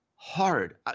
Hard